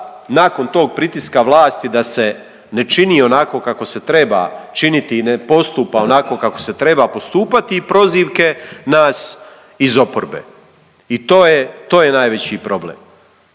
nakon tog pritiska vlasti da se ne čini onako kako se treba činiti i ne postupa onako kako se treba postupati i prozivke nas iz oporbe. I to je, to je najveći problem.